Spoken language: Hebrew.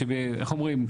איך אומרים?